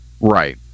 right